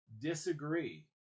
disagree